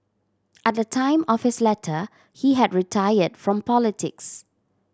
at the time of his letter he had retired from politics